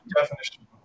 definition